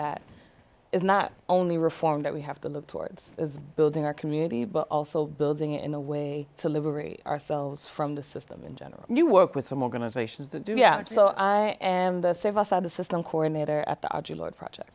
that it's not only reform that we have to look towards building our community but also building in a way to liberate ourselves from the system in general you work with some organizations to do yeah so and save us out a system coordinator at the project